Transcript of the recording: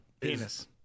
penis